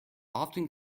often